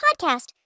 podcast